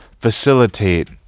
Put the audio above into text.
facilitate